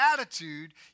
attitude